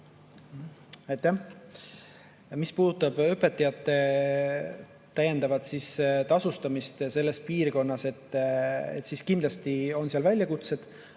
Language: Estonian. Mis puudutab õpetajate täiendavat tasustamist selles piirkonnas, siis kindlasti on seal väljakutsed,